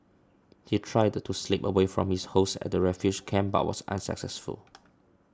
he tried to slip away from his hosts at the refugee camp but was unsuccessful